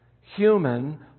human